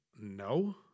no